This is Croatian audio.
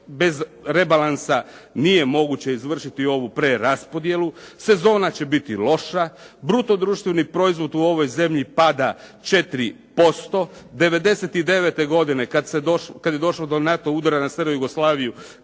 Bez rebalansa nije moguće izvršiti ovu preraspodjelu, sezona će biti loša, bruto društveni proizvod u ovoj zemlji pada 4%, '99. godine kad je došlo do NATO udara na SR Jugoslaviju